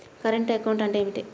Current account అంటే ఏమిటి?